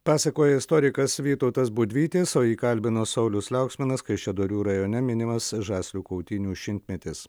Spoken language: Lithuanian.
pasakojo istorikas vytautas budvytis o jį kalbino saulius liauksminas kaišiadorių rajone minimas žaslių kautynių šimtmetis